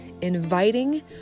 inviting